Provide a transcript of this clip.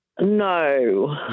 No